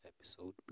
episode